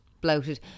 Bloated